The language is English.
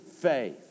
faith